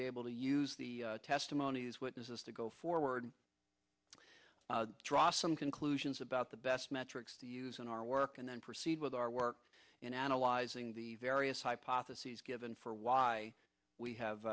be able to use the testimony as witnesses to go forward draw some conclusions about the best metrics to use in our work and then proceed with our work in analyzing the various hypotheses given for why we have